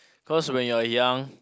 cause when you are young